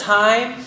time